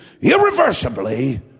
irreversibly